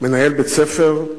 מנהל בית-ספר,